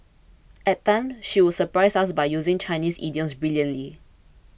at times she would surprise us by using Chinese idioms brilliantly